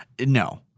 No